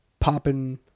Popping